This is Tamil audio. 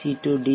C D